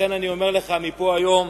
לכן אני אומר לך מפה היום,